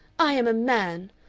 i am a man!